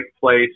place